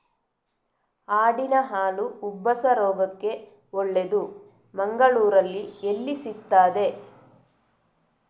ಆಡಿನ ಹಾಲು ಉಬ್ಬಸ ರೋಗಕ್ಕೆ ಒಳ್ಳೆದು, ಮಂಗಳ್ಳೂರಲ್ಲಿ ಎಲ್ಲಿ ಸಿಕ್ತಾದೆ?